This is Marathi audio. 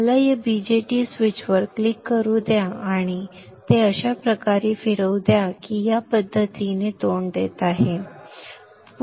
मला या BJT स्वीचवर क्लिक करू द्या आणि मला ते अशा प्रकारे फिरवू द्या की ते या पद्धतीने तोंड देत आहे